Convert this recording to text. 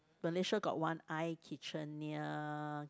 Malaysia got one I kitchen near